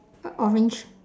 a orange